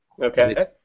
Okay